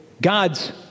God's